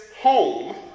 home